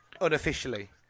unofficially